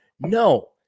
No